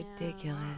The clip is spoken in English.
ridiculous